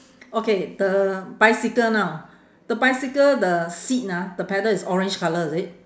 okay the bicycle now the bicycle the seat ah the pedal is orange colour is it